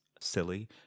silly